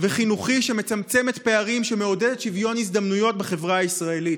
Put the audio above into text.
תוכניות העשרה, כולם בסכנת סגירה מיידית.